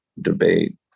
debate